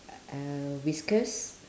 uh whiskers